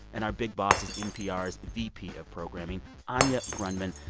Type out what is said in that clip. and our big boss is npr's vp of programming anya grundmann.